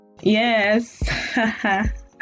yes